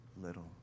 little